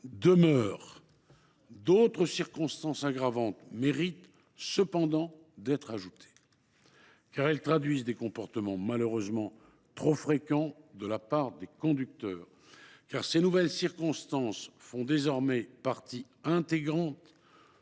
D’autres circonstances aggravantes méritent cependant d’être ajoutées, car elles traduisent des comportements malheureusement trop fréquents de la part des conducteurs ; car elles font désormais partie intégrante